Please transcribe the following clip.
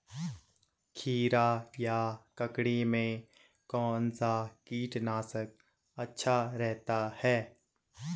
खीरा या ककड़ी में कौन सा कीटनाशक अच्छा रहता है?